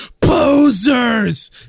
posers